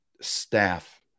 staff